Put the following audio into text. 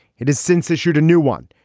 it has since issued a new one.